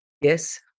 Yes